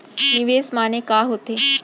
निवेश माने का होथे?